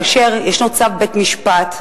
כאשר יש צו בית-משפט,